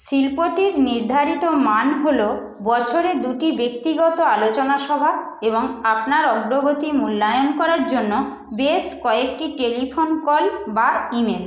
শিল্পটির নির্ধারিত মান হল বছরে দুটি ব্যক্তিগত আলোচনাসভা এবং আপনার অগ্রগতি মূল্যায়ন করার জন্য বেশ কয়েকটি টেলিফোন কল বা ইমেল